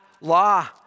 law